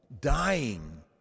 dying